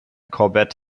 corbett